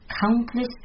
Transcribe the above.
Countless